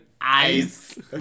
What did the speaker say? ice